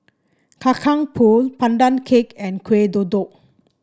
Kacang Pool Pandan Cake and Kueh Kodok